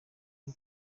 ari